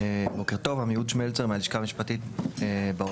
בוקר טוב, עמיהוד שמלצר מהלשכה המשפטית באוצר.